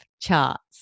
charts